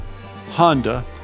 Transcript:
Honda